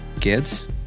kids